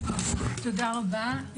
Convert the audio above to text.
תודה רבה,